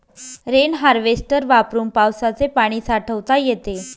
rain harvester वापरून पावसाचे पाणी साठवता येते